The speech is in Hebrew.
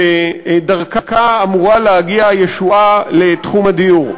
שדרכה אמורה להגיע הישועה לתחום הדיור.